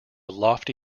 lofty